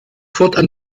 fortan